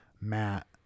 Matt